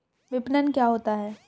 विपणन क्या होता है?